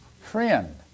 Friend